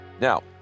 Now